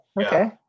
Okay